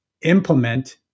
implement